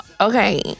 okay